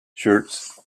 shirts